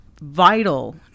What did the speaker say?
vital